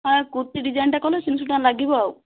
ହଁ କୁର୍ତି ଡିଜାଇନଟା କଲେ ତିନିଶହ ଟଙ୍କା ଲାଗିବ ଆଉ